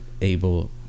able